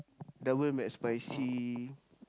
Double McSpicy